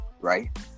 Right